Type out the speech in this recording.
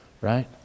Right